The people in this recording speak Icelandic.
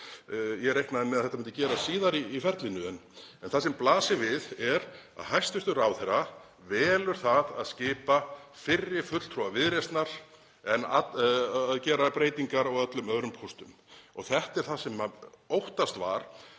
Ég reiknaði með að þetta myndi gerast síðar í ferlinu. Það sem blasir við er að hæstv. ráðherra velur það að skipa fyrri fulltrúa Viðreisnar en gera breytingar á öllum öðrum póstum. Þetta er það sem óttast var.